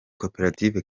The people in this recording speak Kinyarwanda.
koperative